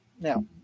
Now